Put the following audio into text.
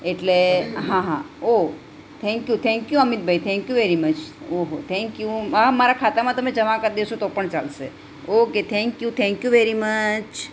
એટલે હા હા ઓ thank you thank you Amit bhai thank you very much ઓહો થેન્ક યુ હા મારા ખાતામાં તમે જમા કરી દેશો તો પણ ચાલશે okay thank you thank you very much